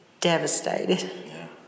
devastated